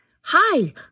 Hi